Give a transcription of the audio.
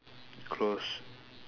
close